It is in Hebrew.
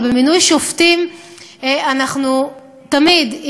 אבל במינוי שופטים אנחנו תמיד,